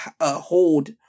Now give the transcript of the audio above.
hold